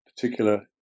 particular